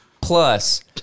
Plus